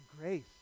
grace